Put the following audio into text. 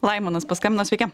laimonas paskambino sveiki